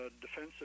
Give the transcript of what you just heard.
Defense